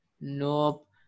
nope